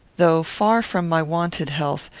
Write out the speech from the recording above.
though far from my wonted health,